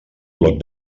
bloc